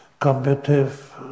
competitive